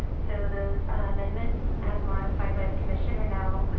so those amendments as modified by the commissioner. now,